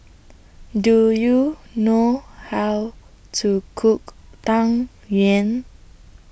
Do YOU know How to Cook Tang Yuen